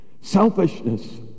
Selfishness